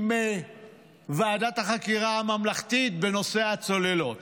עם ועדת החקירה הממלכתית בנושא הצוללות,